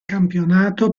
campionato